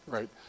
Right